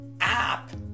app